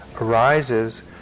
arises